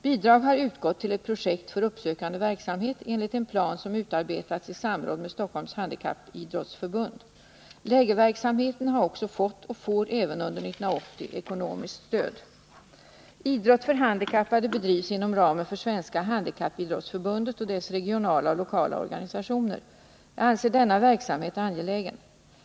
Bidrag har utgått till ett projekt för uppsökande verksamhet enligt en plan som utarbetats i samråd med Stockholms Handikappidrottsförbund. Lägerverksamheten har också fått och får även under år 1980 ekonomiskt stöd. Idrott för handikappade bedrivs inom ramen för Svenska Handikappidrottsförbundet och dess regionala och lokala organisationer. Jag anser denna verksamhet angelägen.